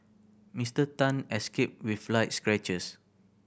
Mister Tan escaped with light scratches